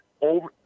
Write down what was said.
over